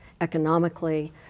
economically